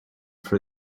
for